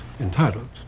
entitled